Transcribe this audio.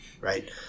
right